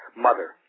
mother